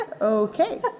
Okay